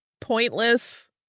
pointless